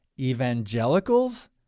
Evangelicals